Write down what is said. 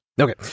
Okay